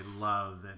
love